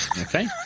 Okay